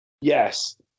yes